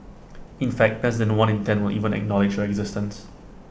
in fact less than one in ten will even acknowledge your existence